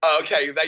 Okay